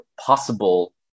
possible